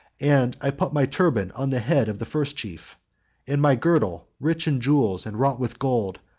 and i put my turban on the head of the first chief and my girdle, rich in jewels and wrought with gold,